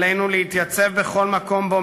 עלינו להתייצב בכל מקום שבו